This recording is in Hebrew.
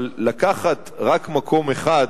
לקחת רק מקום אחד,